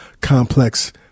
Complex